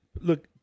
Look